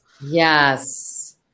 Yes